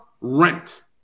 Rent